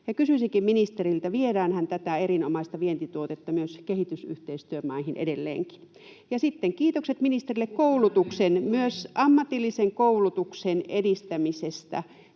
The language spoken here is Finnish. Kysyisinkin ministeriltä: viedäänhän tätä erinomaista vientituotetta myös kehitysyhteistyön maihin edelleenkin? Sitten kiitokset ministerille koulutuksen, myös ammatillisen koulutuksen, edistämisestä